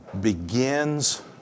begins